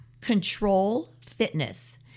controlfitness